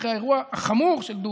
אחרי האירוע החמור של דומה,